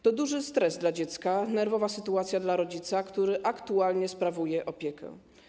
To duży stres dla dziecka, nerwowa sytuacja dla rodzica, który aktualnie sprawuje opiekę.